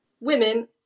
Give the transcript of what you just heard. women